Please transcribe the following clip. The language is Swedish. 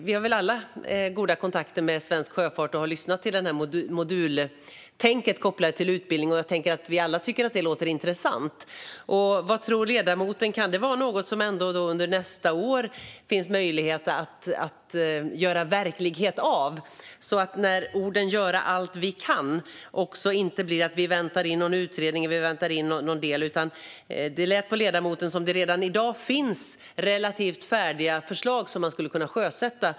Vi har väl alla goda kontakter med Svensk Sjöfart och har lyssnat till modultänket kring utbildning, och jag tänker att vi alla tycker att det låter intressant. Vad tror ledamoten? Kan det vara något att göra verklighet av under nästa år så att orden "göra allt vi kan" inte innebär att vänta in någon utredning? Det lät på ledamoten som att det redan i dag finns relativt färdiga förslag som man skulle kunna sjösätta.